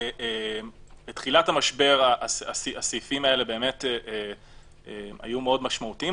בתחילת המשבר הסעיפים האלה היו משמעותיים מאוד,